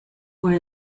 were